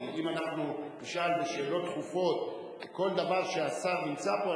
כי אם אנחנו נשאל בשאלות דחופות כל דבר כשהשר נמצא פה,